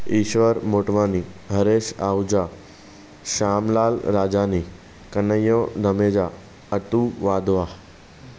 ईश्वर मोटवानी हरेश आहुजा श्यामलाल राजानी कन्हैयो नवेजा अतु वाधवा